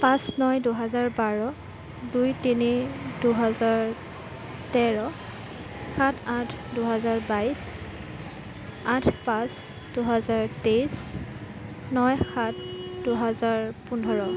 পাঁচ নয় দুহেজাৰ বাৰ দুই তিনি দুহেজাৰ তেৰ সাত আঠ দুহাজাৰ বাইছ আঠ পাঁচ দুহাজাৰ তেইছ নয় সাত দুহাজাৰ পোন্ধৰ